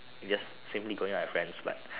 just simply going out with friends but